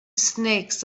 snakes